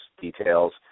details